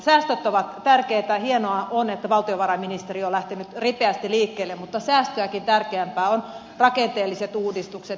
säästöt ovat tärkeitä ja hienoa on että valtiovarainministeriö on lähtenyt ripeästi liikkeelle mutta säästöjäkin tärkeämpiä ovat rakenteelliset uudistukset